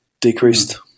decreased